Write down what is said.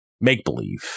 make-believe